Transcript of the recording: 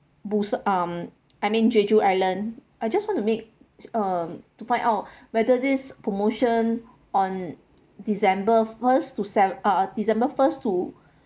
busa~ um I mean jeju island I just want to make um to find out whether this promotion on december first to sev~ uh uh december first to